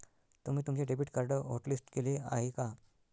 तुम्ही तुमचे debit card hotlist केले आहे का?